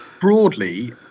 broadly